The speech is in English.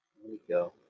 we go,